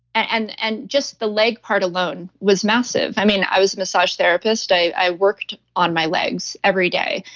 and and just the leg part alone was massive. i mean, i was a massage therapist, i worked on my legs every day.